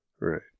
right